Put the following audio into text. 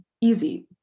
Easy